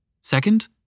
Second